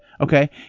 Okay